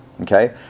okay